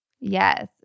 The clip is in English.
Yes